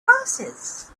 glasses